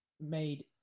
made